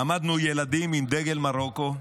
עמדנו, ילדים, עם דגל מרוקו,